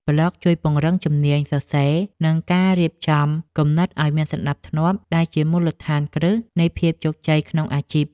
ប្លក់ជួយពង្រឹងជំនាញសរសេរ និងការរៀបចំគំនិតឱ្យមានសណ្ដាប់ធ្នាប់ ដែលជាមូលដ្ឋានគ្រឹះនៃភាពជោគជ័យក្នុងអាជីព។